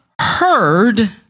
heard